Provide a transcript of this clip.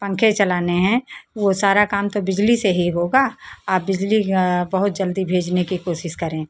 पंखे चलाने हैं वो सारा काम तो बिजली से ही होगा आप बिजली बहुत जल्दी भेजने की कोशिश करें